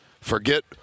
Forget